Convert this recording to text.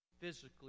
Physically